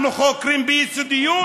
אנחנו חוקרים ביסודיות,